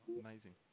Amazing